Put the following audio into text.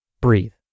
breathe